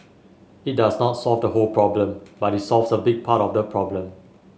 it does not solve the whole problem but it solves a big part of the problem